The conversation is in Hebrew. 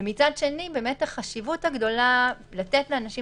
ומצד שני החשיבות הגדולה לתת לאנשים